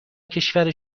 کشور